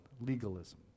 legalism